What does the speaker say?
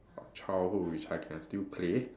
childhood which I can still play